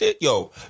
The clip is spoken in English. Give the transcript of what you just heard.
Yo